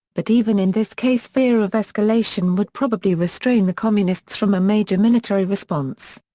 but even in this case fear of escalation would probably restrain the communists from a major military response.